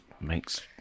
makes